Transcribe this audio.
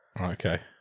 Okay